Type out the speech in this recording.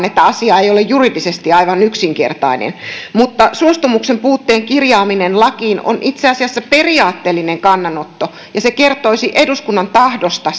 että asia ei ole juridisesti aivan yksinkertainen mutta suostumuksen puutteen kirjaaminen lakiin on itse asiassa periaatteellinen kannanotto ja se kertoisi eduskunnan tahdosta